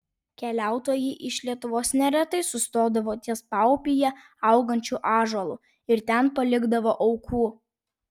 keliautojai iš lietuvos neretai sustodavo ties paupyje augančiu ąžuolu ir ten palikdavo aukų